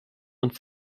und